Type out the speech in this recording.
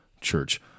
church